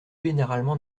généralement